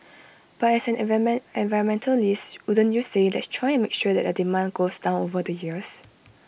but as environment environmentalist wouldn't you say let's try and make sure that the demand goes down over the years